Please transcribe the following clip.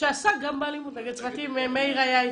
שעסק גם באלימות נגד צוותים רפואיים.